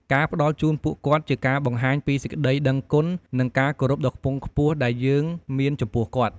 ការផ្តល់ជូនពួកគាត់ជាការបង្ហាញពី សេចក្តីដឹងគុណ និងការគោរពដ៏ខ្ពង់ខ្ពស់ដែលយើងមានចំពោះពួកគាត់។